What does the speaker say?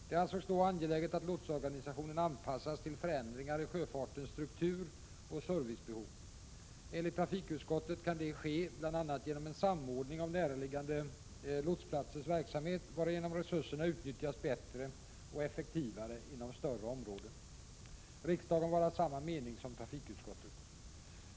Det ansågs då angeläget att lotsorganisationen anpassas till förändringar i sjöfartens struktur och servicebehov. Enligt trafikutskottet kan det ske bl.a. genom en samordning av närliggande lotsplatsers verksamhet, varigenom resurserna utnyttjas bättre och effektivare inom större områden. Riksdagen var av samma mening som trafikutskottet.